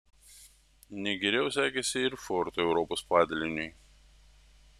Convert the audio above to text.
ne geriau sekasi ir ford europos padaliniui